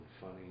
funny